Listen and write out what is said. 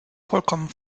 vollkommen